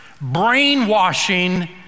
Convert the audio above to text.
brainwashing